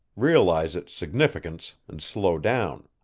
realize its significance, and slow down.